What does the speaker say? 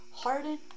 harden